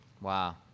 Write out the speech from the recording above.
Wow